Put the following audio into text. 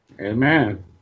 Amen